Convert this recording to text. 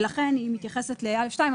ולכן היא מתייחסת ל-(א2).